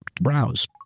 browse